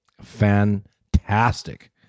fantastic